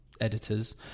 editors